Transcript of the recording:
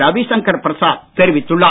ரவிசங்கர் பிரசாத் தெரிவித்துள்ளார்